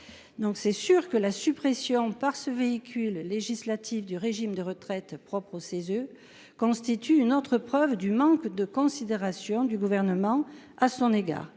c'est sûr que la suppression par ce véhicule législatif du régime de retraite propre au CESE constitue une autre preuve du manque de considération du gouvernement à son égard